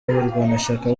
abarwanashyaka